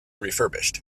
refurbished